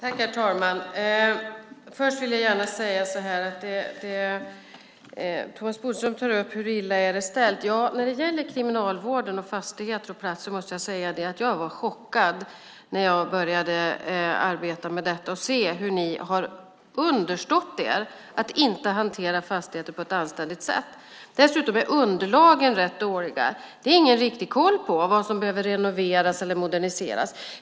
Herr talman! Thomas Bodström tar upp hur illa ställt det är. När det gäller Kriminalvården, fastigheter och platser måste jag säga att jag var chockad när jag började arbeta med detta och fick se hur ni har understått er att inte hantera fastigheter på ett anständigt sätt. Dessutom är underlagen rätt dåliga. Man har ingen riktig koll på vad som behöver renoveras eller moderniseras.